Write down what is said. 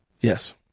Yes